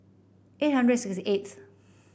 eight hundred sixty eighth